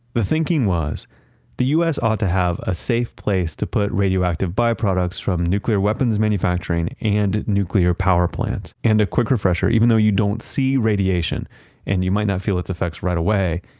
the thinking was the us ought to have a safe place to put radioactive by-products from nuclear weapons manufacturing and nuclear power plants. and a quick refresher, even though you don't see radiation and you might not feel its effects right away,